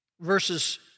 verses